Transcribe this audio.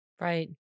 Right